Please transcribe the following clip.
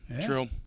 true